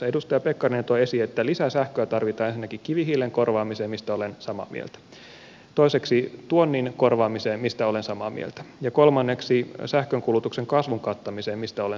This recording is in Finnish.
edustaja pekkarinen toi esiin että lisää sähköä tarvitaan ensinnäkin kivihiilen korvaamiseen mistä olen samaa mieltä toiseksi tuonnin korvaamiseen mistä olen samaa mieltä ja kolmanneksi sähkönkulutuksen kasvun kattamiseen mistä olen samaa mieltä